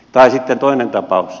tai sitten toinen tapaus